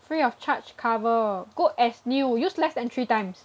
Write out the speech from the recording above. free of charge cover good as new used less than three times